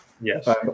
Yes